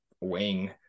wing